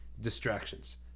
distractions